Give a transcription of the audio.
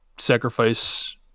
Sacrifice